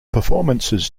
performances